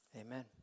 amen